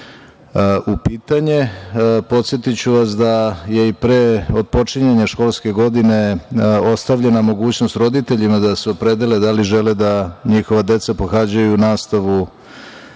u pitanje. Podsetiću vas, da je i pre otpočinjanja školske godine ostavljena mogućnost roditeljima da se opredele da li žele da njihova deca pohađaju nastavu